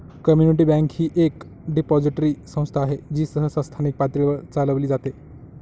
community bank ही एक depository संस्था आहे जी सहसा स्थानिक पातळीवर चालविली जाते